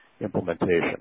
implementation